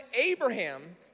Abraham